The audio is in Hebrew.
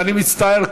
אני מצטער,